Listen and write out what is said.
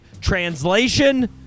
translation